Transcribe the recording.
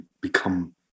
become